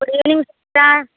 good evening చిత్తా